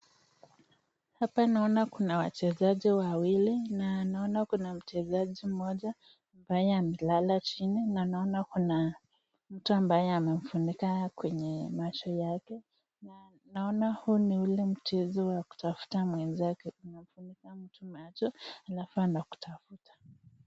Hapa naona kuna wachezaji wawili, na naona kuna mchezaji mmoja, ambaye amelala chini, na naona kuna mtu ambaye amemfunika kwenye macho yake, na naona huu ni ule mchezo wa kutafuta mwenzako, unafunika mtu macho, alafu anakutafuta.